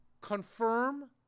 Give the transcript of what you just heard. confirm